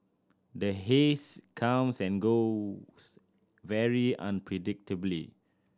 the haze comes and goes very unpredictably